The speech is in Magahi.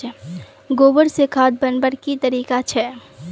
गोबर से खाद बनवार की तरीका छे?